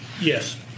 yes